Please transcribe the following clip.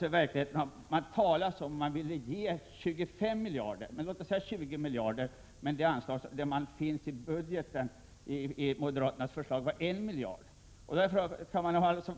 Vill moderaterna satsa på modernisering av dagens fyra pansarbrigader, behövs ytterligare kanske fem miljarder, alltså ett påslag på 25 miljarder. Men det som finns i budgeten enligt moderaternas förslag är 1 miljard. Man har alltså